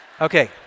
Okay